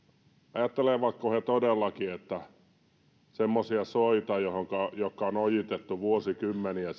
ajattelevatko he todellakin että semmoisia soita jotka on ojitettu vuosikymmeniä